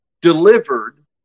delivered